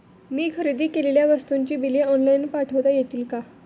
मी खरेदी केलेल्या वस्तूंची बिले ऑनलाइन पाठवता येतील का?